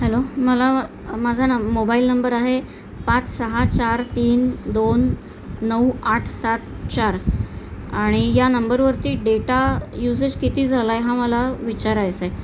hello मला माझा न मोबाईल नंबर आहे पाच सहा चार तीन दोन नऊ आठ सात चार आणि या नंबरवरती डेटा युसेज किती झाला आहे हा मला विचारायचा आहे